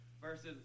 versus